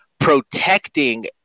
protecting